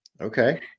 Okay